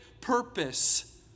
purpose